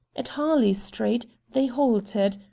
at harley street they halted,